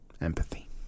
Empathy